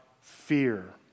fear